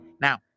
Now